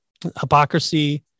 hypocrisy